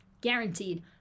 guaranteed